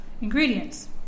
ingredients